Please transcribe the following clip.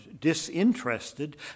disinterested